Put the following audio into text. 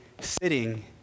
sitting